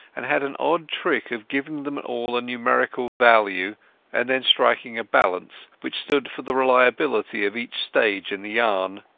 and had an odd trick of giving them all a numerical value and then striking a balance, which stood for the reliability of each stage in the yarn.